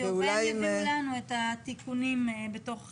והם יביאו לנו את התיקונים בתוך